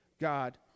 God